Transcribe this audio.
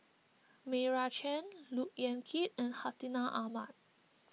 Meira Chand Look Yan Kit and Hartinah Ahmad